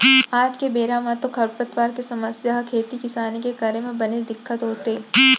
आज के बेरा म तो खरपतवार के समस्या ह खेती किसानी के करे म बनेच दिक्कत होथे